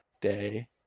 day